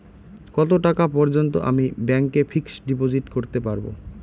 কত টাকা পর্যন্ত আমি ব্যাংক এ ফিক্সড ডিপোজিট করতে পারবো?